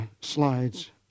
slides